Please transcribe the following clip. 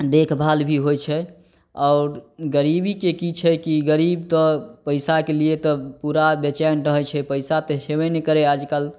देखभाल भी होइ छै आओर गरीबीके की छै की गरीब तऽ पैसाके लिए तऽ पूरा बेचैन रहै छै पैसा तऽ हेबे नहि करै आजकल